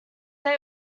they